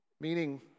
Meaning